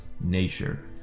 nature